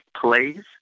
plays